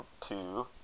two